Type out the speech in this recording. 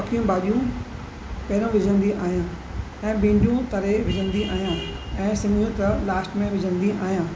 पकियूं भाॼियूं पहिरों विझंदी आहियां ऐं भिंडियूं तरे विझंदी आहियां ऐं सिङयूं त लास्ट में विझंदी आहियां